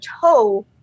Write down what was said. toe